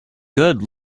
good